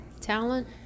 talent